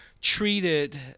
treated